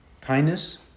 kindness